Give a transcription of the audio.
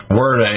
word